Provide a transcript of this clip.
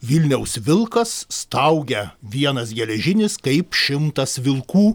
vilniaus vilkas staugia vienas geležinis kaip šimtas vilkų